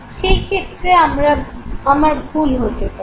সেই ক্ষেত্রে আমার ভুল হতে পারে